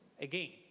again